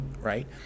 right